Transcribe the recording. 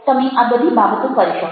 તમે આ બધી બાબતો કરી શકો